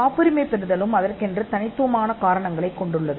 காப்புரிமை பெறுவது சொந்த காரணங்களாகும்